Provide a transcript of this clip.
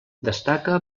destaca